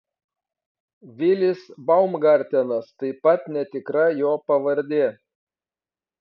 vilis baumgartenas taip pat netikra jo pavardė